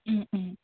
ও ও